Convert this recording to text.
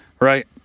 Right